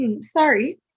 sorry